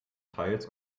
teils